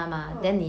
mm